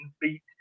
beat